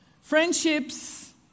Friendships